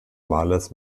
malers